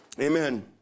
Amen